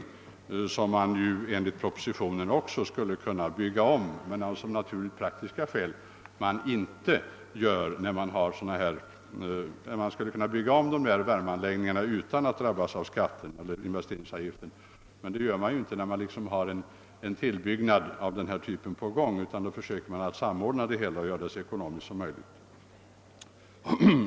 Det är värmeanläggningar som man skulle kunna bygga om utan investeringsavgift, men det gör man av naturligt-praktiska skäl inte fristående när man har en tillbyggnad av denna typ på gång, utan då försöker man samordna det hela och göra det så ekonomiskt som möjligt.